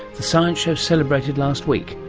the science show celebrated last week,